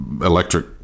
electric